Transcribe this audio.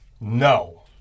No